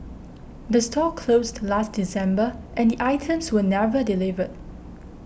the store closed last December and the items were never delivered